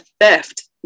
theft